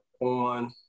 on